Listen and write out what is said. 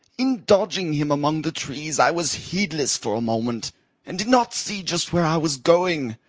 in dodging him among the trees i was heedless for a moment and did not see just where i was going.